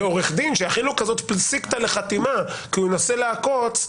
עורך דין שהכין כזאת פסיקתה לחתימה כי הוא ינסה לעקוץ,